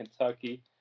Kentucky